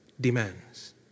demands